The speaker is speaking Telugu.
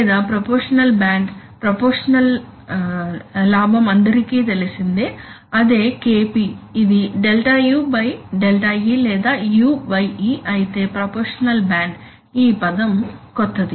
లేదా ప్రపోర్షషనల్ బ్యాండ్ ప్రపోర్షషనల్ లాభం అందరికీ తెలిసిందే అదే KP ఇది Δ u Δ e లేదా u e అయితే ప్రపోర్షషనల్ బ్యాండ్ ఈ పదం కొత్తది